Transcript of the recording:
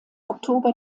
oktober